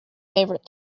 favorite